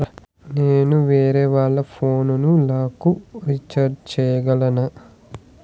నేను వేరేవాళ్ల ఫోను లకు రీచార్జి సేయగలనా?